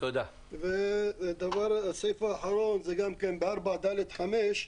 --- הסעיף האחרון זה ב-4(ד)(5):